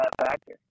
factor